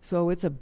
so it's a